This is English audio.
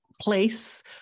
place